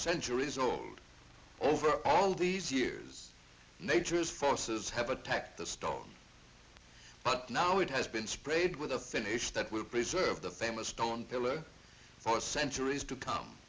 century it's all over all these years nature's forces have attacked the storm but now it has been sprayed with a finish that will preserve the famous stone pillar for centuries to come